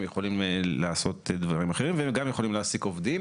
הם יכולים לעשות דברים אחרים והם גם יכולים להעסיק עובדים.